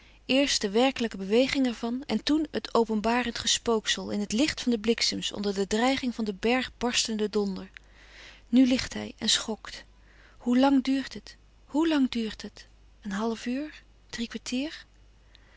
de werkelijke beweging ervan en toen het openbarend gespooksel in het licht van de bliksems onder de dreiging van den bergenbarstenden donder nu ligt hij en schokt hoe lang duurt het hoe lang duurt het een half uur drie kwartier